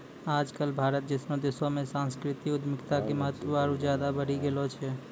आज कल भारत जैसनो देशो मे सांस्कृतिक उद्यमिता के महत्त्व आरु ज्यादे बढ़ि गेलो छै